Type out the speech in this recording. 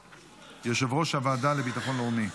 יושב-ראש הוועדה לביטחון לאומי,